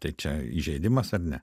tai čia įžeidimas ar ne